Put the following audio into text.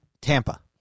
Tampa